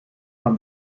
from